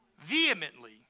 Vehemently